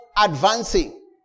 advancing